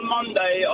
Monday